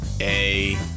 A-